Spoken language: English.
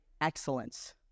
excellence